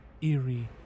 eerie